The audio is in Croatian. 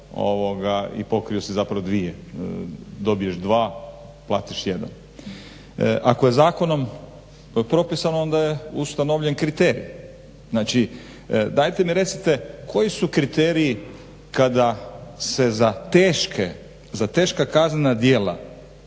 i pokrio si zapravo dvije, dobiješ dva, platiš jedan. Ako je zakonom propisano onda je ustanovljen kriterij. Znači dajte mi recite koji su kriteriji kada se za teška kaznena djela